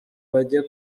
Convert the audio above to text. bajye